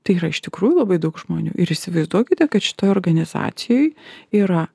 tai yra iš tikrųjų labai daug žmonių ir įsivaizduokite kad šitoj organizacijoj yra